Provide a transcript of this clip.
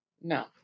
no